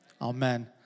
Amen